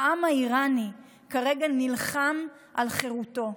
העם האיראני כרגע נלחם על חירותו,